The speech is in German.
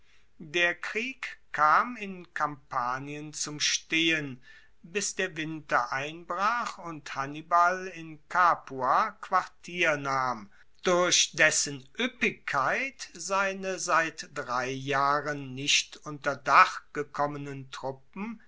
der krieg kam in kampanien zum stehen bis der winter einbrach und hannibal in capua quartier nahm durch dessen ueppigkeit seine seit drei jahren nicht unter dach gekommenen truppen